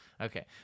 Okay